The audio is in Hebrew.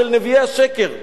של נביאי השקר,